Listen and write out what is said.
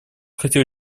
хотел